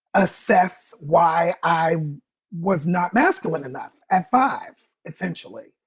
assess why i was not masculine enough at five essentially.